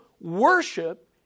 worship